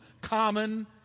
common